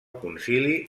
concili